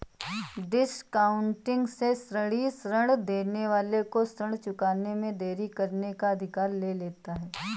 discounting से ऋणी ऋण देने वाले को ऋण चुकाने में देरी करने का अधिकार ले लेता है